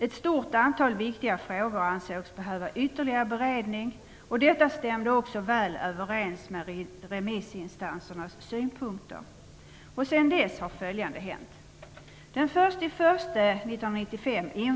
Ett stort antal viktiga frågor ansågs behöva ytterligare beredning. Detta stämde också väl överens med remissinstansernas synpunkter. Sedan dess har följande hänt.